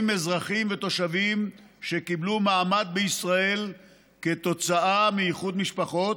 אזרחים ותושבים שקיבלו מעמד בישראל כתוצאה מאיחוד משפחות,